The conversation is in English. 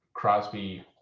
Crosby